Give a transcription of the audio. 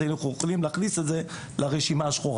אז היינו יכולים להכניס את זה לרשימה השחורה.